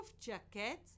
jacket